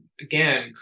again